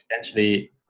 essentially